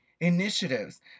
initiatives